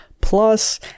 plus